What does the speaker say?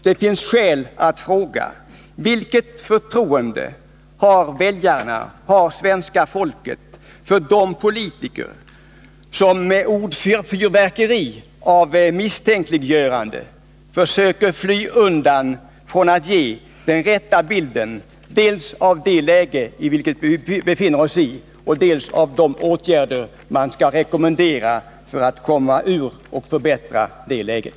Det finns skäl att fråga: Vilket förtroende har väljarna, svenska folket, för de politiker som med ett ordfyrverkeri av misstänkliggöranden försöker fly undan från att ge den rätta bilden dels av det läge, i vilket vi befinner oss, dels av de åtgärder man kan rekommendera för att förbättra läget?